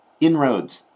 inroads